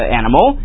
animal